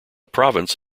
province